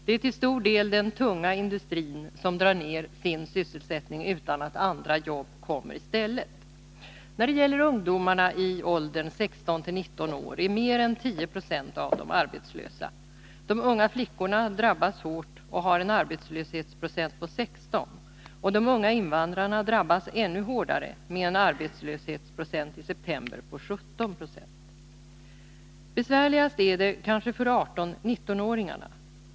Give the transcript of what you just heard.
Det är till stor del den tunga industrin som drar ned sin sysselsättning, utan att andra jobb kommer i stället. När det gäller ungdomarna i åldern 16-19 år är mer än 10 96 arbetslösa. De unga flickorna drabbas hårt och har en arbetslöshetsprocent på 16 96. De unga invandrarna drabbas ännu hårdare och hade en arbetslöshetsprocent i september på 17 96. Besvärligast är det kanske för 18-19-åringarna.